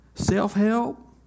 Self-help